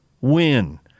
win